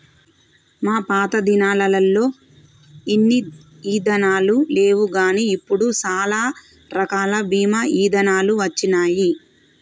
మా పాతదినాలల్లో ఇన్ని ఇదానాలు లేవుగాని ఇప్పుడు సాలా రకాల బీమా ఇదానాలు వచ్చినాయి